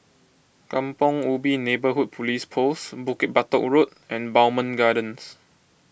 Kampong Ubi Neighbourhood Police Post Bukit Batok Road and Bowmont Gardens